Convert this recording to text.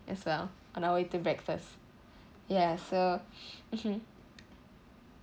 as well on our way to breakfast ya so mmhmm